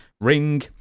ring